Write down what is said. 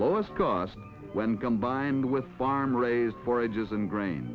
lowest cost when combined with farm raised for ages and grain